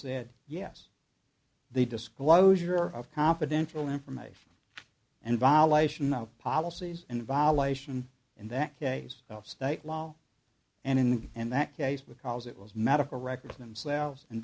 said yes the disclosure of confidential information and violation of policies and violation in that case of state law and in and that case because it was medical records themselves in